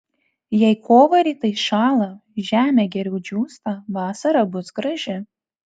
jei kovą rytais šąla žemė geriau džiūsta vasara bus graži